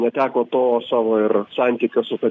neteko to savo ir santykio su ta